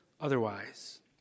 otherwise